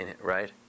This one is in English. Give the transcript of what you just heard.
right